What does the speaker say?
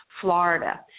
Florida